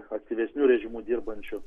aktyvesniu režimu dirbančių